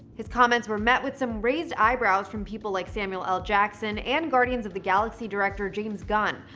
his comments were met with some raised eyebrows from people like samuel l. jackson and guardians of the galaxy director james gunn.